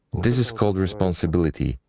this is called responsibility,